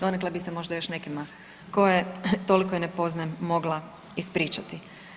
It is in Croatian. Donekle bi se možda još nekima koje toliko i ne poznajem mogla ispričati.